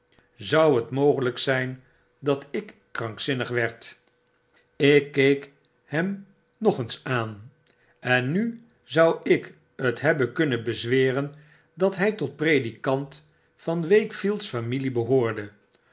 zou het mogelijk zijn dat ik krankzinnig werd ik keek hem nog eens aan en nu zou ik het hebben kunnen bezweren dat hij tot de predikant van wakefield's familie behoorde